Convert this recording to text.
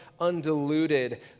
undiluted